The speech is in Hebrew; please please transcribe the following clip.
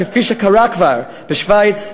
כפי שקרה כבר בשווייץ,